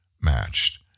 matched